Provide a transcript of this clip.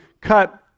cut